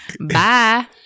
Bye